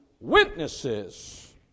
witnesses